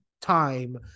time